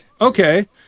okay